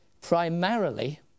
primarily